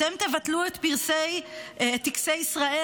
אתם תבטלו את פרסי טקסי ישראל,